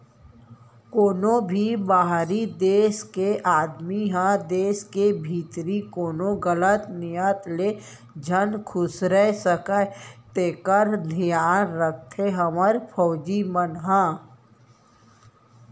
कोनों भी बाहिरी देस के आदमी ह देस के भीतरी कोनो गलत नियत ले झन खुसरे सकय तेकर धियान राखथे हमर फौजी मन ह